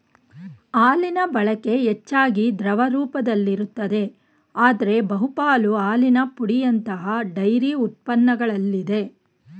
ಹಾಲಿನಬಳಕೆ ಹೆಚ್ಚಾಗಿ ದ್ರವ ರೂಪದಲ್ಲಿರುತ್ತದೆ ಆದ್ರೆ ಬಹುಪಾಲು ಹಾಲಿನ ಪುಡಿಯಂತಹ ಡೈರಿ ಉತ್ಪನ್ನಗಳಲ್ಲಿದೆ